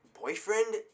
boyfriend